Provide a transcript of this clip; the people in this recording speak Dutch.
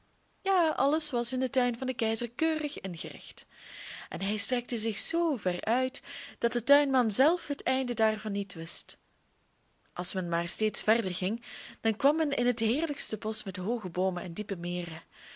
ja alles was in den tuin van den keizer keurig ingericht en hij strekte zich zoo ver uit dat de tuinman zelf het einde daarvan niet wist als men maar steeds verder ging dan kwam men in het heerlijkste bosch met hooge boomen en diepe meren